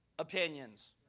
opinions